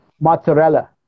mozzarella